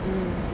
((mmhmm)m)